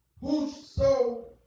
whoso